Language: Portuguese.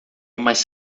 mais